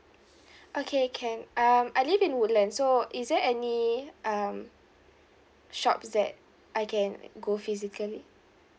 okay can um I live in woodlands so is there any um shops that I can go physically